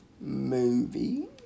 Movie